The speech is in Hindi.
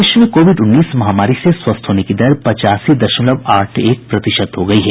देश में कोविड उन्नीस महामारी से स्वस्थ होने की दर पचासी दशमलव आठ एक प्रतिशत हो गई है